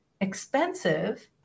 expensive